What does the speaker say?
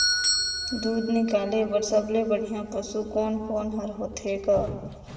दूध निकाले बर सबले बढ़िया पशु कोन कोन हर होथे ग?